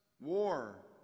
war